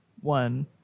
one